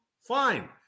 fine